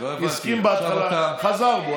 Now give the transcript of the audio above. הוא הסכים בהתחלה וחזר בו,